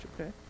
okay